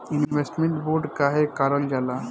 Investment bond काहे कारल जाला?